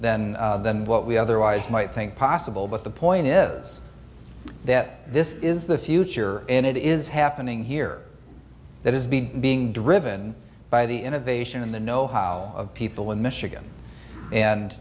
than than what we otherwise might think possible but the point is that this is the future and it is happening here that has been being driven by the innovation and the know how of people in michigan and